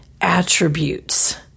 attributes